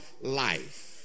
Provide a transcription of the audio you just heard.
life